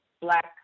black